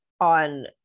on